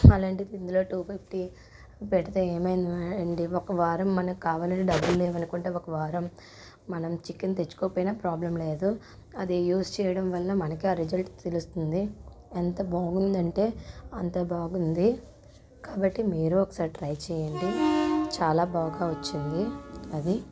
అలాంటిది ఇందులో two fifty పెడితే ఏమైందండి ఒక వారం మనకి కావాలని డబ్బులు లేవు అనుకుంటే ఒక వారం మనం చికెన్ తెచ్చుకోకపోయినా ప్రాబ్లం లేదు అది యూస్ చేయడం వల్ల మనకే రిజల్ట్ తెలుస్తుంది ఎంత బాగుందంటే అంత బాగుంది కాబట్టి మీరు ఒకసారి ట్రై చేయండి చాలా బాగా వచ్చింది అది